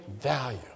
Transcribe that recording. value